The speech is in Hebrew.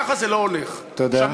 ככה זה לא הולך, תודה.